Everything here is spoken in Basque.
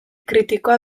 kritikoa